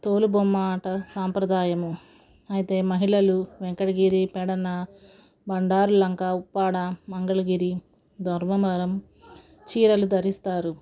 తోలుబొమ్మలాట సాంప్రదాయము అయితే మహిళలు వెంకటగిరి పెడన్నా బండారులంక ఉప్పాడ మంగళగిరి ధర్మమరం చీరలు ధరిస్తారు